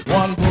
one